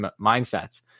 mindsets